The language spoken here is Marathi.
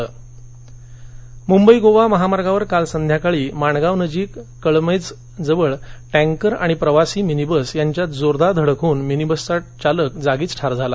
अपघात रायगड् मुंबई गोवा महामार्गावर काल संध्याकाळी माणगावनजिक कळमजे गावाजवळ टॅकर आणि प्रवासी मिनीबस यांच्यात जोरदार धडक होऊन मिनीबसचा चालक जागीच ठार झाला